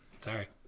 Sorry